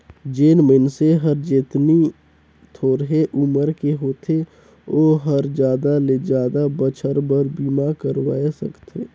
जेन मइनसे हर जेतनी थोरहें उमर के होथे ओ हर जादा ले जादा बच्छर बर बीमा करवाये सकथें